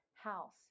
house